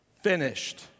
finished